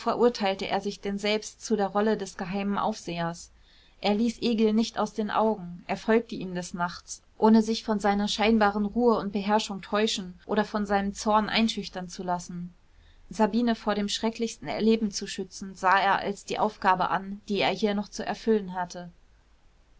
verurteilte er sich denn selbst zu der rolle des geheimen aufsehers er ließ egil nicht aus den augen er folgte ihm des nachts ohne sich von seiner scheinbaren ruhe und beherrschung täuschen oder von seinem zorn einschüchtern zu lassen sabine vor dem schrecklichsten erleben zu schützen sah er als die aufgabe an die er hier noch zu erfüllen hatte